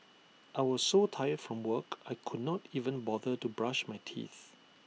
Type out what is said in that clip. I was so tired from work I could not even bother to brush my teeth